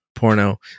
Porno